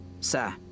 Sir